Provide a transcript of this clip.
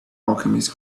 alchemist